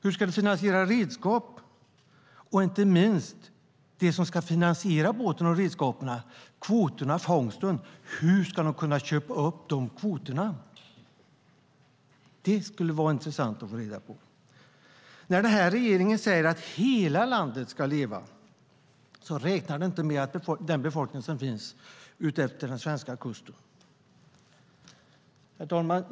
Hur ska de finansiera redskap och inte minst det som ska finansiera båten och redskapen, nämligen kvoterna - alltså fångsten? Hur ska de kunna köpa upp kvoterna? Det skulle vara intressant att få reda på. När regeringen säger att hela landet ska leva räknar den inte med den befolkning som finns utefter den svenska kusten. Herr talman!